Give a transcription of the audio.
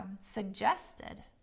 suggested